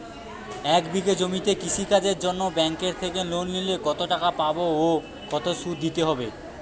এক বিঘে জমিতে কৃষি কাজের জন্য ব্যাঙ্কের থেকে লোন নিলে কত টাকা পাবো ও কত শুধু দিতে হবে?